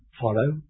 follow